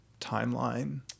timeline